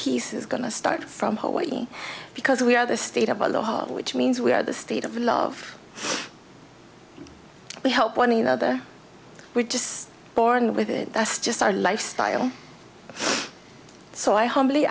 peace is going to start from hawaii because we are the state of the law which means we are the state of love we help one another we're just born with it that's just our lifestyle so i humbly